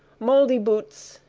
mouldy boots,